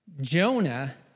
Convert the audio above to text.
Jonah